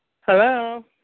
Hello